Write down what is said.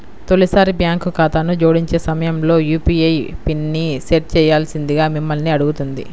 తొలిసారి బ్యాంక్ ఖాతాను జోడించే సమయంలో యూ.పీ.ఐ పిన్ని సెట్ చేయాల్సిందిగా మిమ్మల్ని అడుగుతుంది